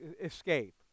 escape